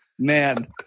Man